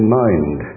mind